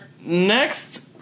next